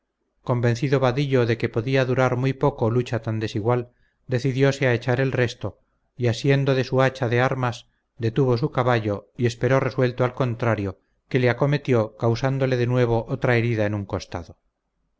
convencido vadillo de que podía durar muy poco lucha tan desigual decidióse a echar el resto y asiendo de su hacha de armas detuvo su caballo y esperó resuelto al contrario que le acometió causándole de nuevo otra herida en un costado